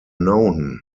known